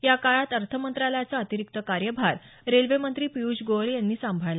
या काळात अर्थ मंत्रालयाचा अतिरिक्त कार्यभार रेल्वे मंत्री पिय्ष गोयल यांनी सांभाळला